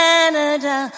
Canada